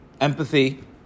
empathy